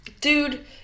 dude